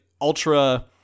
ultra